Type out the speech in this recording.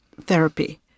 therapy